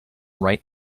right